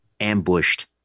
ambushed